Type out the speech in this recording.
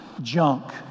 junk